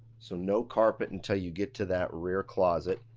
so no carpet until you get to that rear closet.